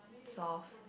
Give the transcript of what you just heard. soft